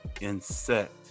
insect